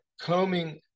combing